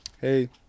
hey